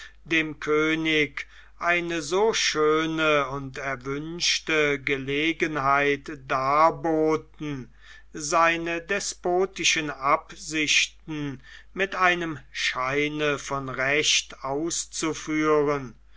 dem könig eine so schöne und erwünschte gelegenheit darboten seine despotischen absichten mit einem scheine von recht auszuführen